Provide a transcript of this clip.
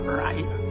right